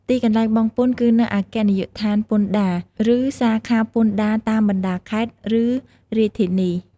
ទីកន្លែងបង់ពន្ធ គឺនៅអគ្គនាយកដ្ឋានពន្ធដារ ឬសាខាពន្ធដារតាមបណ្តាខេត្ត ឬរាជធានី។